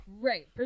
right